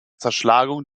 zerschlagung